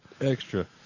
Extra